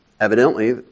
Evidently